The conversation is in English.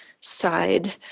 side